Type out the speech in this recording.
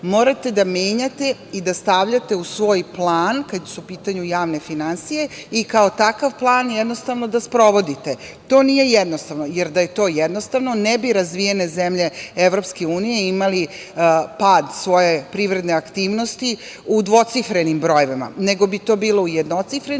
Morate da menjate i da stavljate u svoj plan kada su u pitanju javne finansije i kao takav plan, jednostavno, da sprovodite. To nije jednostavno, jer da je to jednostavno ne bi razvijene zemlje EU imale pad svoje privredne aktivnosti u dvocifrenim brojevima, nego bi to bilo u jednocifrenim i ne